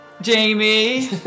Jamie